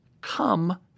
come